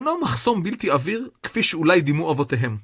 לא מחסום בלתי עביר, כפי שאולי דימו אבותיהם.